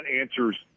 answers